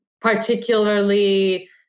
particularly